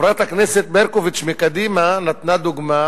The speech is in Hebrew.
חברת הכנסת ברקוביץ מקדימה נתנה דוגמה